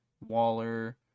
waller